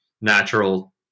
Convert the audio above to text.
natural